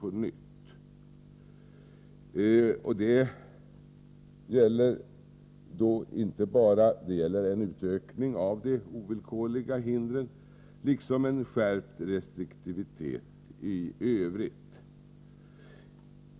En sådan översyn bör avse inte bara en utökning av de ovillkorliga hindren utan också en skärpt restriktivitet i övrigt.